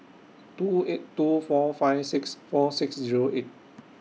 two eight two four five six four six Zero eight